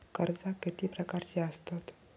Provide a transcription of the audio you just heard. कर्जा किती प्रकारची आसतत